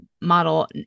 model